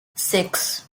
six